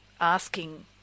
asking